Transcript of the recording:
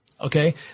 Okay